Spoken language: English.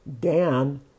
Dan